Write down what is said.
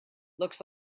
looks